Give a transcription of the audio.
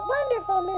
wonderful